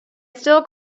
still